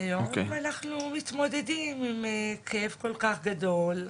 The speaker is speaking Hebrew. והיום אנחנו מתמודדים עם כאב כל כך גדול,